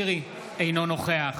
אינו נוכח